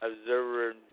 Observer